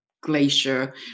glacier